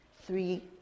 three